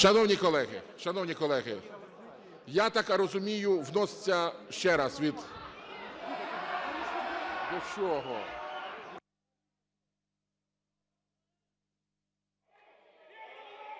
шановні колеги, я так розумію вноситься ще раз від... (Шум